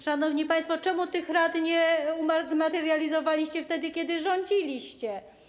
Szanowni państwo, czemu tych rad nie zrealizowaliście wtedy, kiedy rządziliście?